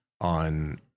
on